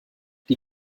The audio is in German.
die